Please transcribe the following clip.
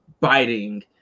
biting